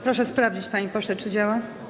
Proszę sprawdzić, panie pośle, czy działa.